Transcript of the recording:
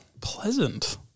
Pleasant